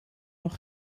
nog